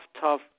tough